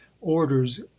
orders